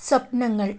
സ്വപ്നങ്ങൾ